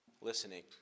listening